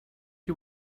you